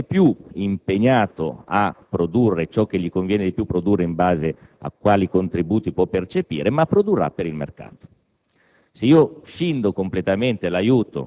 è ovvio che l'agricoltore non è più impegnato a produrre ciò che gli conviene più produrre in base ai contributi che può percepire, ma produrrà per il mercato.